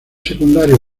secundarios